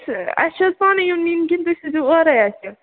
چھِ اَسہِ چھِ حظ پانہٕ یُن نِنۍ کِنہٕ تُہۍ سوٗزیوٗ اورَے اَسہِ یہِ